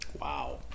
wow